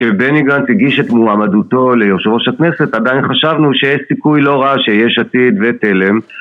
אם בני גנץ הגיש את מועמדותו ליושב ראש הכנסת, עדיין חשבנו שיש סיכוי לא רע שיש עתיד ותלם